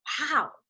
wow